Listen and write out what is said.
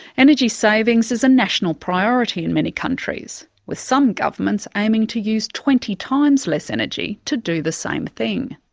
energy savings is a national priority in many countries, with some governments aiming to use twenty times less energy to do the same thing.